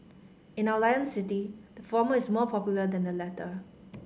in our Lion City the former is more popular than the latter